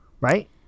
right